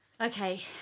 Okay